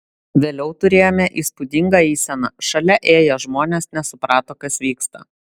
vėliau turėjome įspūdingą eiseną šalia ėję žmonės nesuprato kas vyksta